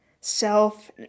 self